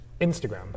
Instagram